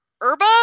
Herba